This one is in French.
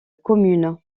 commune